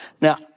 Now